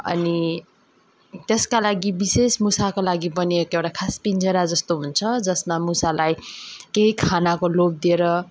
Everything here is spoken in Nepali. अनि त्यसका लागि विशेष मुसाको लागि पनि एकटा खास पिँजडा जस्तो हुन्छ जसमा मुसालाई केही खानाको लोभ दिएर